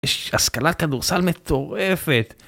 יש השכלת כדורסל מטורפת